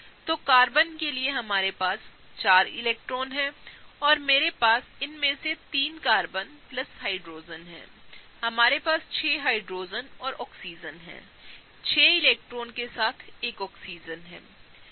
तो कार्बन के लिए हमारे पास चार इलेक्ट्रॉन हैं और मेरे पास इनमें से 3 कार्बन प्लस हाइड्रोजन हैंहमारे पास 6 हाइड्रोजन और ऑक्सीजन है 6 इलेक्ट्रॉनों के साथ एक ऑक्सीजन है